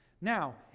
Now